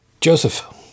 Joseph